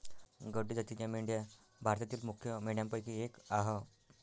गड्डी जातीच्या मेंढ्या भारतातील मुख्य मेंढ्यांपैकी एक आह